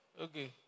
Okay